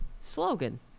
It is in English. slogan